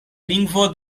lingvo